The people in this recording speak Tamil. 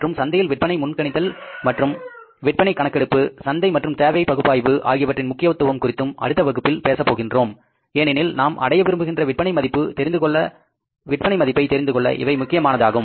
மற்றும் சந்தையில் விற்பனை முன் கணித்தல் மற்றும் விற்பனை கணக்கெடுப்பு சந்தை மற்றும் தேவை பகுப்பாய்வு ஆகியவற்றின் முக்கியத்துவம் குறித்தும் அடுத்த வகுப்பில் பேசப்போகிறோம் ஏனெனில் நாம் அடைய விரும்புகின்ற விற்பனை மதிப்பை தெரிந்து கொள்ள இவை முக்கியமானதாகும்